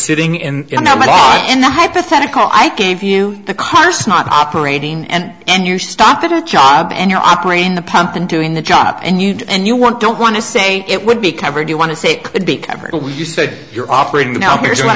sitting in in the hypothetical i gave you the cost not operating and you stop at a job and you're operating the pump and doing the job and you and you want don't want to say it would be covered you want to say it could be covered you said you're operating now here's what